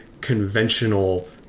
conventional